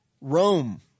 Rome